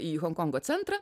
į honkongo centrą